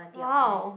!wow!